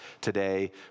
today